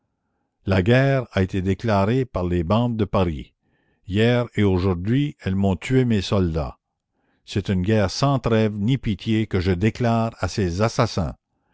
la guerre a été déclarée par les bandes de paris hier et aujourd'hui elles m'ont tué mes soldats c'est une guerre sans trêve ni pitié que je déclare à ces assassins